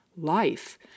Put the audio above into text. life